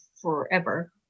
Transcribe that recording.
forever